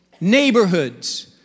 neighborhoods